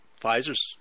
Pfizer's